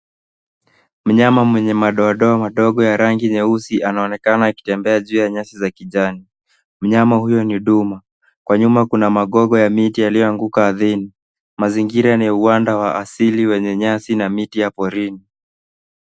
Mnyama mwenye madoadoa madogo ya rangi nyeusi anaonekana akitembea juu ya nyasi za kijani. Mnyama huyo ni duma. Kwa nyuma kuna magogo ya miti yalioanguka ardhini. Mazingira yenye uwanda wa asili wenye nyasi na miti ya porini.